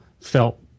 felt